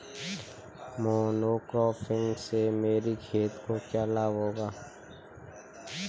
Monocropping से मेरी खेत को क्या लाभ होगा?